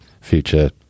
future